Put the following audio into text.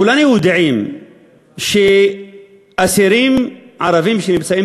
כולנו יודעים שאסירים ערבים שנמצאים